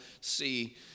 see